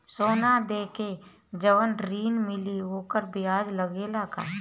सोना देके जवन ऋण मिली वोकर ब्याज लगेला का?